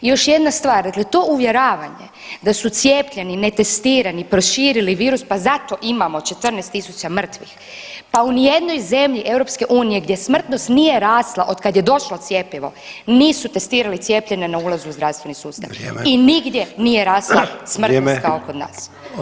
I još jedna stvar, dakle to uvjeravanje da su cijepljeni i netestirani proširili virus, pa zato imamo 14.000 mrtvih, pa ni u jednoj zemlji EU gdje smrtnost nije rasla otkad je došlo cjepivo nisu testirali cijepljene na ulazu u zdravstveni sustav i nigdje nije rasla smrtnost kao kod nas.